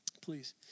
please